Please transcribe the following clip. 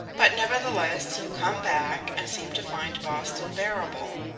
but nevertheless you come back and seem to find boston bearable.